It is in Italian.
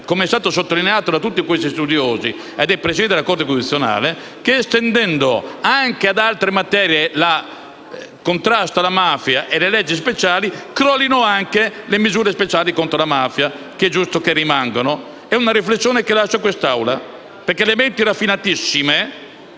come è stato sottolineato da tutti questi studiosi e dal Presidente della Corte costituzionale, che estendendo anche ad altre materie e disposizioni per il contrasto alla mafia e le leggi speciali, crollino anche le misure speciali contro la mafia, che è giusto che rimangano. È una riflessione che affido a questa Assemblea, perché le menti raffinatissime,